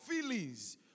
feelings